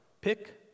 Pick